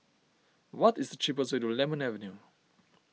what is the cheapest way to Lemon Avenue